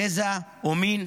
גזע או מין.